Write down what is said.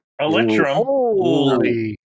Electrum